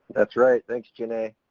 that's right. thanks, jenna.